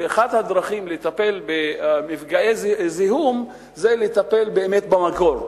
ואחת הדרכים לטפל במפגעי זיהום היא לטפל באמת במקור.